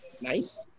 nice